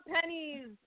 pennies